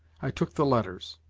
i took the letters.